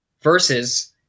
versus